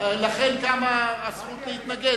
לכן קמה הזכות להתנגד,